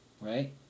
Right